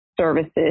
services